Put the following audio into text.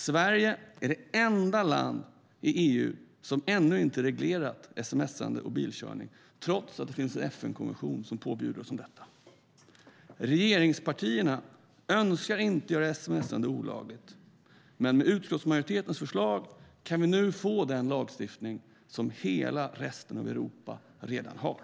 Sverige är det enda land i EU som ännu inte reglerat sms:ande och bilkörning trots att det finns en FN-konvention som påbjuder det. Regeringspartierna önskar inte göra sms:andet olagligt. Men med utskottsmajoritetens förslag kan vi nu få den lagstiftning som hela resten av Europa redan har.